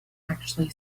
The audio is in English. actually